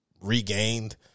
regained